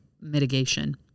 mitigation